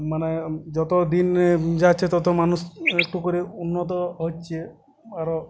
মানে যত দিন যাচ্ছে তত মানুষ একটু করে উন্নত হচ্ছে আরও